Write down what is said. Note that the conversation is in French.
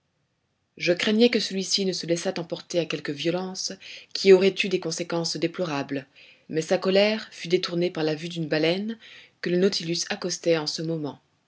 je craignais que celui-ci ne se laissât emporter à quelque violence qui aurait eu des conséquences déplorables mais sa colère fut détournée par la vue d'une baleine que le nautilus accostait en ce moment